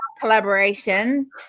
collaboration